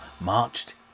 marched